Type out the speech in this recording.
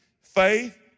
Faith